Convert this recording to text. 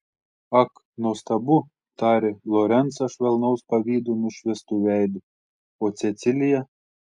ak nuostabu tarė lorencą švelnaus pavydo nušviestu veidu o cecilija